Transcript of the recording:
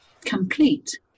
complete